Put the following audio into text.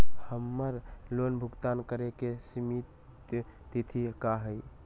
हमर लोन भुगतान करे के सिमित तिथि का हई?